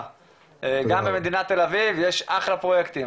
גם במדינת תל אביב יש אחלה פרוייקטים.